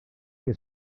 que